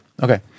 Okay